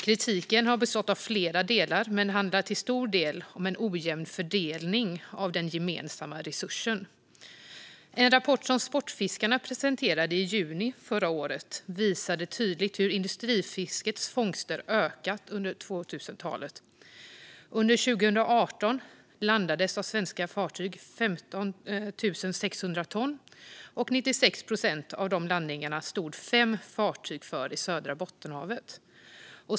Kritiken har bestått av flera delar men handlar till stor del om en ojämn fördelning av den gemensamma resursen. En rapport som Sportfiskarna presenterade i juni förra året visade tydligt hur industrifiskets fångster ökat under 2000-talet. Under 2018 landades 15 600 ton av svenska fartyg, och 96 procent av landningarna stod fem fartyg för i Södra Bottenhavet.